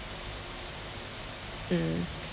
mm